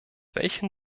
welchen